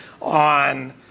on